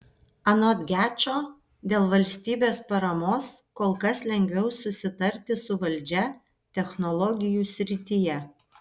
anot gečo dėl valstybės paramos kol kas lengviau susitarti su valdžia technologijų srityje